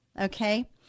okay